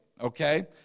Okay